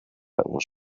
was